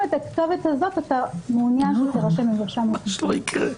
הכתובת הזאת אתה מעוניין שתירשם במרשם האוכלוסין.